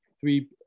three